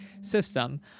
system